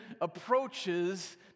approaches